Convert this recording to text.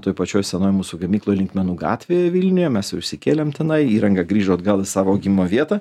toj pačioj scenoj mūsų gamykloj linkmenų gatvėje vilniuje mes išsikėlėm tenai įranga grįžo atgal savo augimo vietą